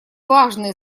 важные